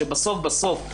שבסוף בסוף,